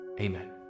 Amen